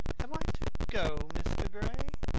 am i to go, mr. gray?